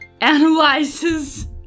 analyzes